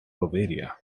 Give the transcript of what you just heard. bavaria